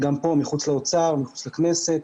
מחוץ לאוצר, מחוץ לכנסת.